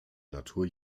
natur